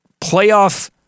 playoff